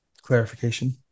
clarification